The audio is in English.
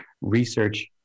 research